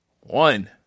one